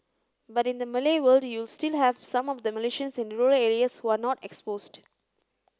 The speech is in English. but in the Malay world you still have some of the Malaysians in the rural areas who are not exposed